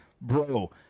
bro